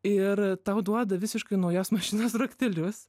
ir tau duoda visiškai naujos mašinos raktelius